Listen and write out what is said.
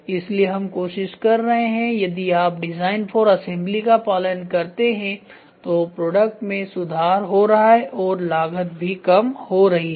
इसलिए हम कोशिश कर रहे हैं यदि आप डिजाइन फॉर असेंबली का पालन करते हैं तो प्रोडक्ट में सुधार हो रहा है और लागत भी कम हो रही है